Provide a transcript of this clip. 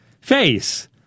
face